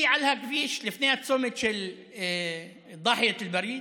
היא על הכביש לפני הצומת של דחיית אל-באריד,